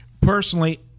Personally